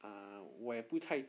ah 我也不太